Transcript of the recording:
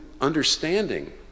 understanding